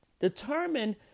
Determine